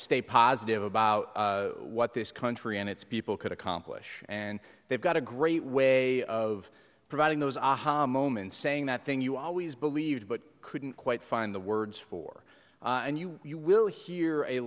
stay positive about what this country and its people could accomplish and they've got a great way of providing those aha moments saying that thing you always believed but couldn't quite find the words for and you you will hear a